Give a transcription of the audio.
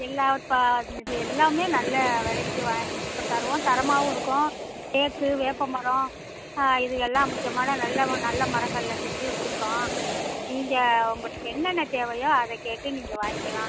எல்லா இது எல்லாமே நல்ல விலைக்கி வா தருவோம் தரமாவும் இருக்கும் தேக்கு வேப்ப மரம் இது எல்லாம் முக்கியமான நல்ல நல்ல மரங்களில் செஞ்சு வச்சுருக்கோம் நீங்கள் உங்களுக்கு என்னென்ன தேவையோ அதை கேட்டு நீங்கள் வாங்கிக்கலாம்